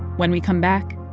when we come back,